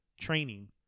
training